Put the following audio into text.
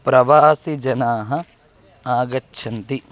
प्रवासीजनाः आगच्छन्ति